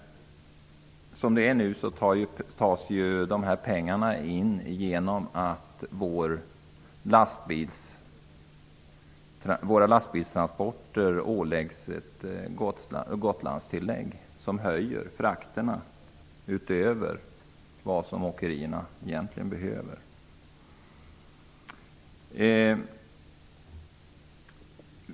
Som det är nu tas pengarna in genom att lastbilstransporterna åläggs ett Gotlandstillägg som innebär att åkerierna tvingas ta ut ökade fraktkostnader utöver vad som egentligen skulle behövas.